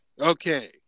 Okay